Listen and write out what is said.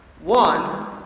One